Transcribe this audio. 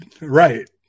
Right